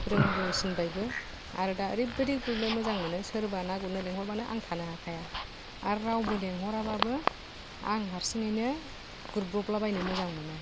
रोंबोसिनबायबो आरो दा ओरैबायदि गुरनो मोजां मोनो सोरबा ना गुरनो लेंहरबानो आं थानो हाखाया आर रावबो लेंहराबाबो आं हारसिङैनो गुरब्रबलाबायनो मोजां मोनो